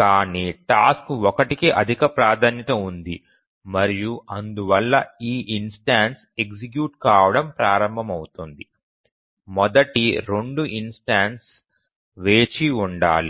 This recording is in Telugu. కానీ టాస్క్ 1 కి అధిక ప్రాధాన్యత ఉంది మరియు అందువల్ల ఈ ఇన్స్టెన్సు ఎగ్జిక్యూట్ కావడం ప్రారంభమవుతుంది మొదటి 2 ఇన్స్టెన్సు వేచి ఉండాలి